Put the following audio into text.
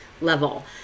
level